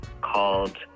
called